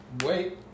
Wait